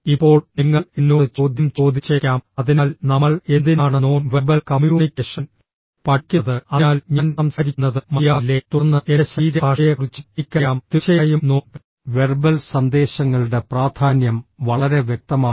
ഇപ്പോൾ നിങ്ങൾ എന്നോട് ചോദ്യം ചോദിച്ചേക്കാം അതിനാൽ നമ്മൾ എന്തിനാണ് നോൺ വെർബൽ കമ്മ്യൂണിക്കേഷൻ പഠിക്കുന്നത് അതിനാൽ ഞാൻ സംസാരിക്കുന്നത് മതിയാകില്ലേ തുടർന്ന് എന്റെ ശരീരഭാഷയെക്കുറിച്ചും എനിക്കറിയാം തീർച്ചയായും നോൺ വെർബൽ സന്ദേശങ്ങളുടെ പ്രാധാന്യം വളരെ വ്യക്തമാണ്